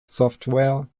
software